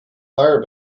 fire